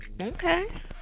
Okay